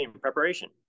preparation